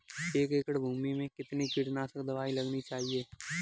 एक एकड़ भूमि में कितनी कीटनाशक दबाई लगानी चाहिए?